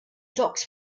docks